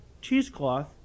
cheesecloth